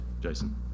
Jason